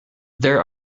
there